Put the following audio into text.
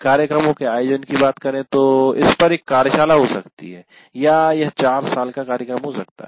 कार्यक्रमों के आयोजन की बात करे तो इस पर एक कार्यशाला हो सकती है या यह 4 साल का कार्यक्रम हो सकता है